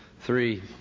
Three